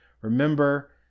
Remember